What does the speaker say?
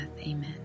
Amen